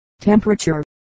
temperature